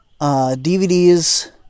DVDs